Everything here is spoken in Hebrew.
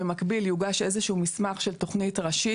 במקביל יוגש איזה שהוא מסמך של תכנית ראשית,